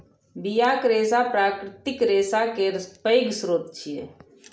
बियाक रेशा प्राकृतिक रेशा केर पैघ स्रोत छियै